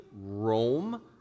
Rome